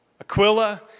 aquila